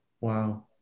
Wow